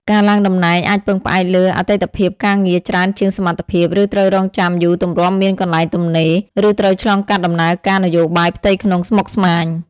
ការឡើងតំណែងអាចពឹងផ្អែកលើអតីតភាពការងារច្រើនជាងសមត្ថភាព ឬត្រូវរង់ចាំយូរទម្រាំមានកន្លែងទំនេរ ឬត្រូវឆ្លងកាត់ដំណើរការនយោបាយផ្ទៃក្នុងស្មុគស្មាញ។